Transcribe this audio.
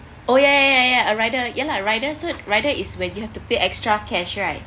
oh ya ya ya ya a rider ya lah rider so rider is where you have to pay extra cash right